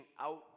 out